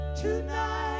tonight